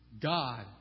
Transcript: God